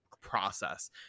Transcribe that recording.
process